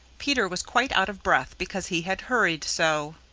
peter was quite out of breath because he had hurried so.